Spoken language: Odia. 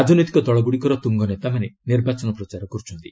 ରାଜନୈତିକ ଦଳଗୁଡ଼ିକର ତୁଙ୍ଗନେତାମାନେ ନିର୍ବାଚନ ପ୍ରଚାର କରୁଛନ୍ତି